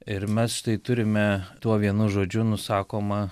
ir mes tai turime tuo vienu žodžiu nusakoma